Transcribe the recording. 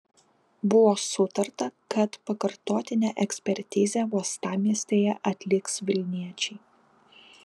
buvo sutarta kad pakartotinę ekspertizę uostamiestyje atliks vilniečiai